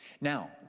Now